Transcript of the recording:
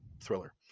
thriller